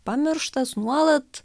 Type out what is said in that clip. pamirštas nuolat